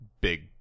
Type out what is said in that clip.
big